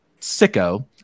sicko